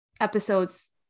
episodes